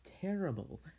terrible